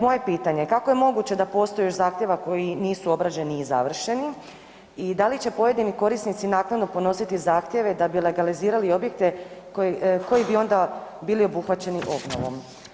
Moje pitanje je, kako je moguće da postoji još zahtjeva koji nisu obrađeni i završeni i da li će pojedini korisnici naknadno podnositi zahtjeve da bi legalizirali objekte koji bi onda bili obuhvaćeni obnovom?